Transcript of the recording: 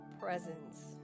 presence